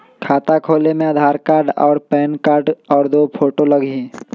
खाता खोले में आधार कार्ड और पेन कार्ड और दो फोटो लगहई?